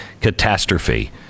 catastrophe